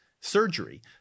surgery